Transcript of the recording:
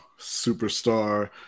superstar